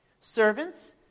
Servants